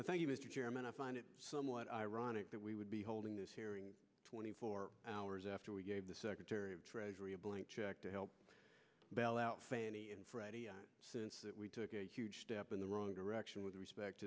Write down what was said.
chairman i find it somewhat ironic that we would be holding this hearing twenty four hours after we gave the secretary of treasury a blank check to help bail out fannie and freddie since that we took a huge step in the wrong direction with respect